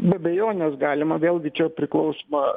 be abejonės galima vėlgi čia priklausoma